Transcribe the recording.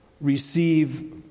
receive